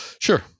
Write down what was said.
Sure